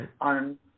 On